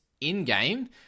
in-game